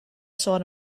sôn